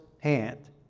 hand